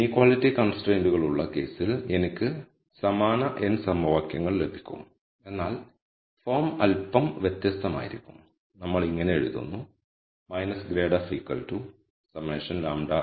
equality കൺസ്ട്രൈയ്ന്റുകളുള്ള കേസിൽ എനിക്ക് സമാന n സമവാക്യങ്ങൾ ലഭിക്കും എന്നാൽ ഫോം അല്പം വ്യത്യസ്തമായിരിക്കും നമ്മൾ ഇങ്ങനെ എഴുതുന്നു ∇fλi